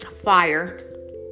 fire